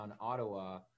Ottawa